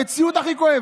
המציאות הכי כואבת.